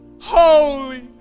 holy